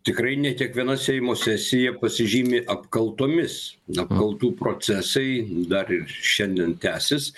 tikrai ne kiekviena seimo sesija pasižymi apkaltomis apkaltų procesai dar ir šiandien tęsis